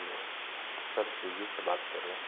hello sir Swiggy से बात कर रहे हैं